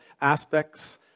aspects